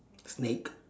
snake